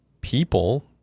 people